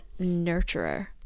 nurturer